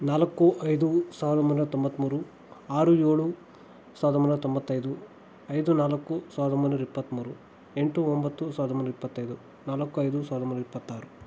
ನಾಲ್ಕು ಐದು ಸಾವಿರದ ಒಂಬೈನೂರ ತೊಂಬತ್ತ್ಮೂರು ಆರು ಏಳು ಸಾವಿರದ ಒಂಬೈನೂರ ತೊಂಬತ್ತೈದು ಐದು ನಾಲ್ಕು ಸಾವಿರದ ಒಂಬೈನೂರ ಇಪ್ಪತ್ತ್ಮೂರು ಎಂಟು ಒಂಬತ್ತು ಸಾವಿರದ ಒಂಬೈನೂರ ಇಪ್ಪತ್ತೈದು ನಾಲ್ಕು ಐದು ಸಾವಿರದ ಒಂಬೈನೂರ ಇಪ್ಪತ್ತಾರು